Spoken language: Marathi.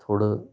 थोडं